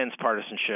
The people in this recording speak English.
partisanship